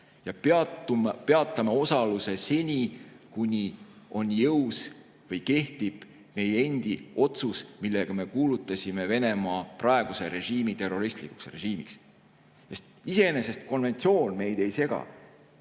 ja peatame osaluse seni, kuni on jõus või kehtib meie endi otsus, millega me kuulutasime Venemaa praeguse režiimi terroristlikuks režiimiks. Konventsioon iseenesest meid ei sega.